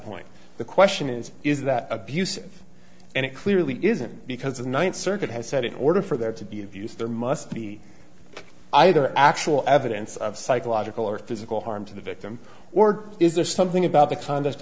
point the question is is that abusive and it clearly isn't because the ninth circuit has said in order for there to be abused there must be either actual evidence of psychological or physical harm to the victim or is there something about the